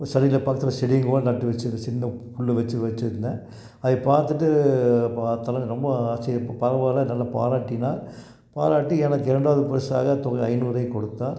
பக்கத்தில் செடிங்கள் கூட நட்டு வச்சுருந்தேன் சின்ன புல்லு வச்சு வச்சுருந்தேன் அதை பார்த்துட்டு பார்த்தாலும் அது ரொம்ப ஆச்சரிய பரவாயில்ல நல்ல பாராட்டினார் பாராட்டி எனக்கு இரண்டாவது பரிசாக தொகை ஐநூறை கொடுத்தார்